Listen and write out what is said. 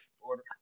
order